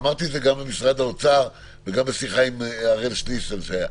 אמרתי את זה גם למשרד האוצר וגם בשיחה עם הראל שליסל.